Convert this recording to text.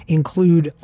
include